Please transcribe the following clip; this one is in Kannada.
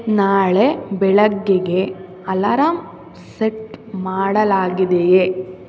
ನಾಳೆ ಬೆಳಿಗ್ಗೆಗೆೆ ಅಲಾರಮ್ ಸೆಟ್ ಮಾಡಲಾಗಿದೆಯೇ